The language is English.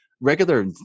Regular